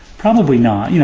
probably not. you know,